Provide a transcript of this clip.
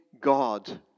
God